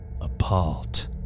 apart